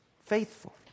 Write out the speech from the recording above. Faithful